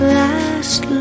last